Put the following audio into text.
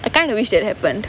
I kind of wish that happened